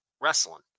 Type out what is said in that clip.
wrestling